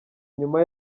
nyuma